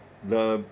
the